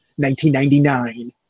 1999